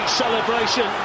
celebration